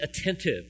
attentive